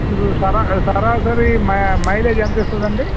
ఇప్పుడు సరా సరాసరి మై మైలేజ్ ఎంత ఇస్తుందండి